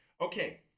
Okay